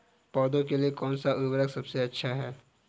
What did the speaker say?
पौधों के लिए कौन सा उर्वरक सबसे अच्छा है?